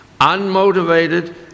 Unmotivated